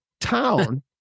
town